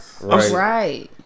Right